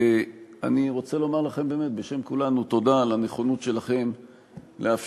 ואני רוצה לומר לכם באמת בשם כולנו: תודה על הנכונות שלכם לאפשר